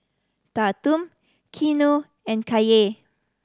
Tatum Keanu and Kaye